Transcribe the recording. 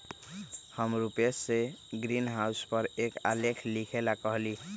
हम रूपेश से ग्रीनहाउस पर एक आलेख लिखेला कहली